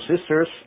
sisters